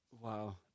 wow